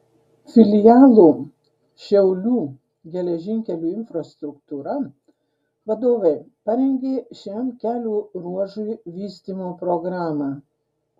filialo šiaulių geležinkelių infrastruktūra vadovai parengė šiam kelio ruožui vystymo programą